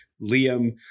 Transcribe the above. Liam